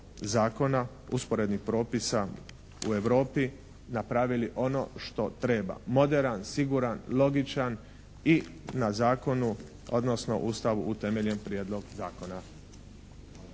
zakona, usporednih propisa u Europi napravili ono što treba. Moderan, siguran, logičan i na zakonu, odnosno Ustavu utemeljen Prijedlog zakona.